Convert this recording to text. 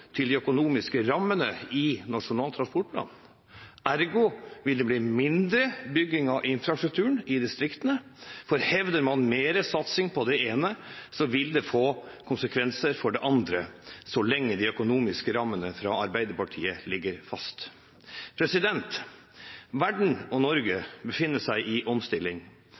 til de økonomiske rammene i Nasjonal transportplan. Ergo vil det bli mindre bygging av infrastrukturen i distriktene, for hevder man mer satsing på det ene, vil det få konsekvenser for det andre så lenge de økonomiske rammene fra Arbeiderpartiet ligger fast. Verden og Norge befinner seg i omstilling.